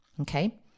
Okay